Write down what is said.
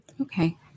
Okay